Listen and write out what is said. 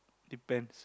depends